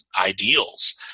ideals